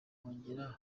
nkongera